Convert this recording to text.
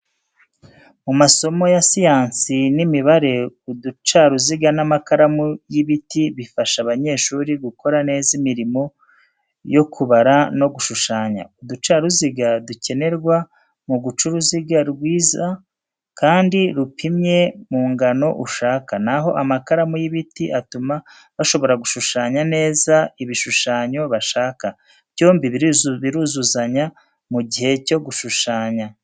Mu masomo ya siyansi n’imibare, uducaruziga n’amakaramu y’ibiti bifasha abanyeshuri gukora neza imirimo yo kubara no gushushanya. Uducaruziga dukenerwa mu guca uruziga rwiza, kandi rupimye mu ngano ushaka, na ho amakaramu y’ibiti atuma bashobora gushushanya neza ibishushanyo bashaka. Byombi biruzuzanya mu gihe cyo gushushanya.